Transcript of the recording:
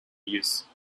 use